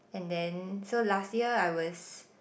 and then so last year I was